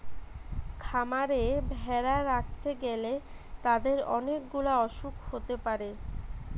খামারে ভেড়া রাখতে গ্যালে তাদের অনেক গুলা অসুখ হতে পারে